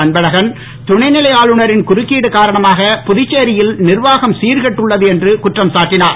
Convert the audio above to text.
அன்பழகன் துணைநிலை ஆளுநரின் குறுக்கீடு காரணமாக புதுச்சேரியில் நிர்வாகம் சீர்கெட்டுள்ளது என்று குற்றம் சாட்டினார்